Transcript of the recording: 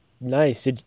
Nice